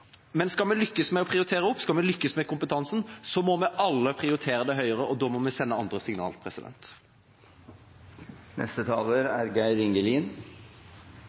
Skal vi lykkes med å prioritere dette, skal vi lykkes med kompetansen, må vi alle prioritere det høyere, og da må vi sende andre